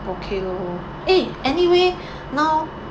okay lor eh anyway now